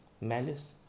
malice